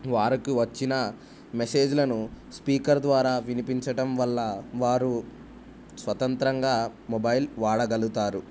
వారుకు వచ్చిన మెసేజ్లను స్పీకర్ ద్వారా వినిపించటం వల్ల వారు స్వతంత్రంగా మొబైల్ వాడగలుగుతారు